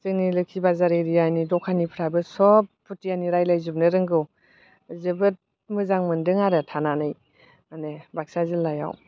जोंनि लोखि बाजार एरियानि दखानिफ्राबो सब बुथियानि रायलायजोबनो रोंगौ जोबोद मोजां मोनदों आरो थानानै माने बाक्सा जिल्लायाव